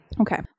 Okay